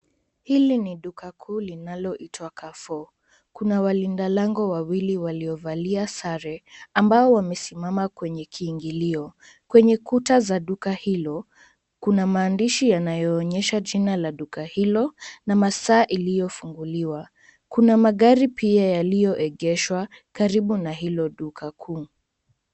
Hii ni duka kuu linaloitwa Carrefour. Kuna walinda lango wawili waliovalia sare ambao wamesimama kwenye kiingilio. Kwenye kuta za duka hilo, kuna maandishi yanayoonyesha jina la duka hilo na masa iliyofunguliwa. Kuna magari pia yaliyoegeshwa karibu na hilo duka kuu.